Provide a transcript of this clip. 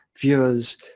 viewers